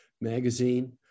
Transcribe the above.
Magazine